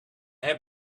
have